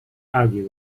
argue